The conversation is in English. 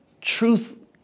truth